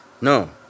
no